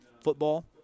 football